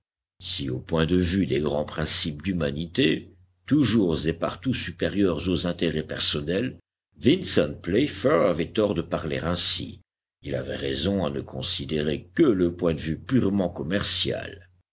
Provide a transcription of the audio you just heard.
si au point de vue des grands principes d'humanité toujours et partout supérieurs aux intérêts personnels vincent playfair avait tort de parler ainsi il avait raison à ne considérer que le point de vue purement commercial